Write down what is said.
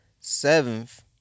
Seventh